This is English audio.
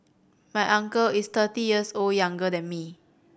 my uncle is thirty years old younger than me